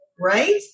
Right